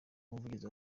umuvugizi